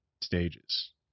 stages